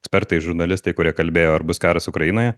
ekspertai žurnalistai kurie kalbėjo ar bus karas ukrainoje